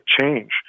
change